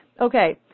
Okay